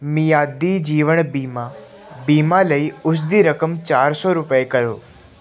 ਮਿਆਦੀ ਜੀਵਨ ਬੀਮਾ ਬੀਮਾ ਲਈ ਉਸ ਦੀ ਰਕਮ ਚਾਰ ਸੌ ਰੁਪਏ ਕਰੋ